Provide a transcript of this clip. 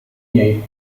niej